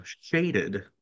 shaded